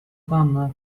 pana